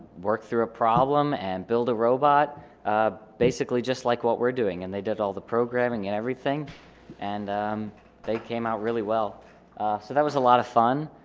work through a problem and build a robot basically just like what we're doing and they did all the programming and everything and they came out really well so that was a lot of fun.